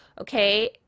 Okay